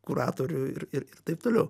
kuratorių ir ir taip toliau